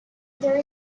there